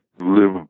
live